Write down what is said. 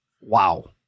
wow